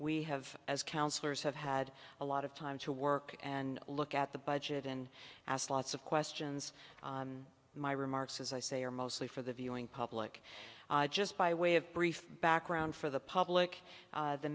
we have as councillors have had a lot of time to work and look at the budget and asked lots of questions my remarks as i say are mostly for the viewing public just by way of brief background for the public